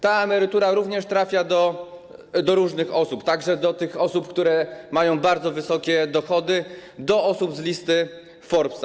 Ta emerytura również trafia do różnych osób, także do osób, które mają bardzo wysokie dochody, do osób z listy „Forbesa”